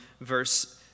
verse